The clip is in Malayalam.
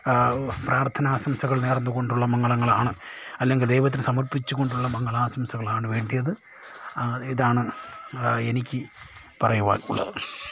പ്രാർത്ഥനാശംസകൾ നേർന്നു കൊണ്ടുള്ള മംഗളങ്ങളാണ് അല്ലെങ്കിൽ ദൈവത്തിൽ സമർപ്പിച്ചു കൊണ്ടുള്ള മംഗളാശംസകളാണ് വേണ്ടത് ഇതാണ് എനിക്ക് പറയുവാൻ ഉള്ളത്